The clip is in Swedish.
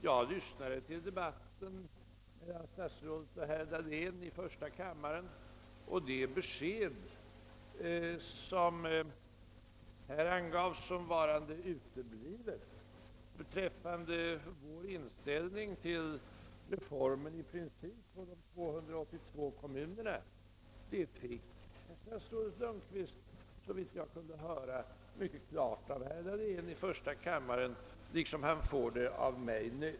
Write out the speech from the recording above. Jag lyssnade till debatten mellan statsrådet Lundkvist och herr Dahlén i första kammaren, och det besked som sades ha uteblivit beträffande vår principiella inställning till reformen om de 282 kommunerna fick statrådet, såvitt jag kunde höra, mycket klart av herr Dahlén liksom av mig nu.